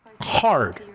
Hard